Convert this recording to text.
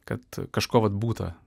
kad kažko vat būta